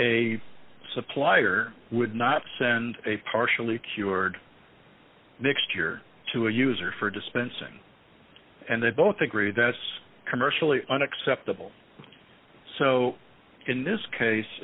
a supplier would not send a partially cured mixture to a user for dispensing and they both agree that this commercially unacceptable so in this case